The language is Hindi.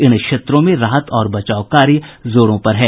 इन क्षेत्रों में राहत और बचाव कार्य जोरों पर है